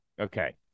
Okay